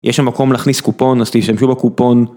יש שם מקום להכניס קופון אז תשמשו בקופון.